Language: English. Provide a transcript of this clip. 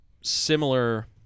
similar –